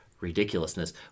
ridiculousness